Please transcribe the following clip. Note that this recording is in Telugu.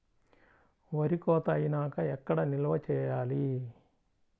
వరి కోత అయినాక ఎక్కడ నిల్వ చేయాలి?